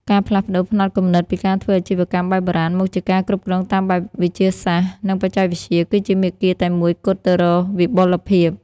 ការផ្លាស់ប្តូរផ្នត់គំនិតពីការធ្វើអាជីវកម្មបែបបុរាណ មកជាការគ្រប់គ្រងតាមបែបវិទ្យាសាស្ត្រ និងបច្ចេកវិទ្យា គឺជាមាគ៌ាតែមួយគត់ទៅរកវិបុលភាព។